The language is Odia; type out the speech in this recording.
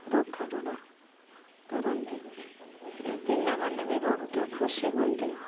ରଥଟଣା କରନ୍ତି ପିଲାମାନେ ବି ବହୁତ ଖୁସି ହୁଅନ୍ତି